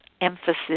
emphasis